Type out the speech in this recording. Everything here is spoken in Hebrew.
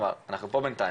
כלומר אנחנו פה בינתיים,